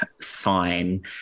sign